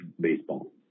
baseball